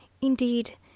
Indeed